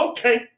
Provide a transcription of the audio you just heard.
Okay